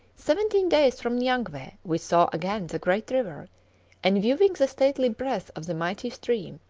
seventeen days from nyangwe we saw again the great river and, viewing the stately breadth of the mighty stream,